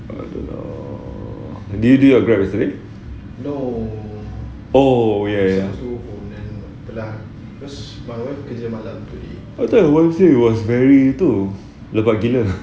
I don't know did you do your grab yesterday oh ya ya ya I thought your wife say it was very tu lebat gila